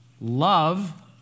love